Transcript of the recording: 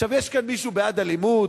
יש כאן מישהו בעד אלימות?